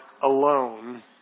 alone